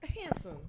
Handsome